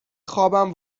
خوابم